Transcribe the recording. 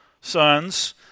sons